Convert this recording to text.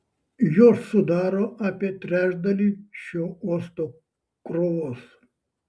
jos sudaro apie trečdalį šio uosto krovos